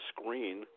screen